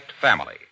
family